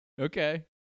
Okay